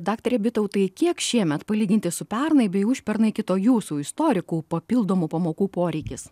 daktare bitautai kiek šiemet palyginti su pernai bei užpernai kito jūsų istorikų papildomų pamokų poreikis